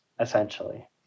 essentially